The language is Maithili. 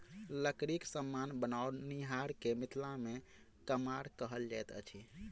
लकड़ीक समान बनओनिहार के मिथिला मे कमार कहल जाइत अछि